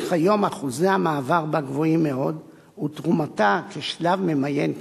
וכיום אחוזי המעבר בה גבוהים מאוד ותרומתה כשלב ממיין קטנה.